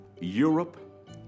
Europe